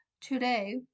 Today